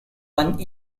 one